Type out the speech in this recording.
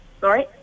Sorry